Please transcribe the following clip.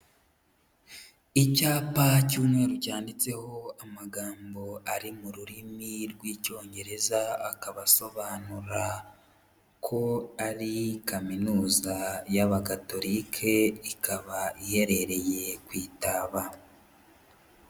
Icyapa cy'umweru cyanditseho amagambo ari mu rurimi rw'Icyongereza, akaba asobanura ko ari Kaminuza y'Abagatolike, ikaba iherereye ku Itaba.